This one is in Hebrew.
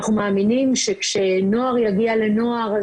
אנחנו מאמינים שכשנוער יגיע לנוער,